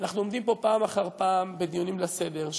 אנחנו עומדים פה פעם אחר פעם בדיונים לסדר,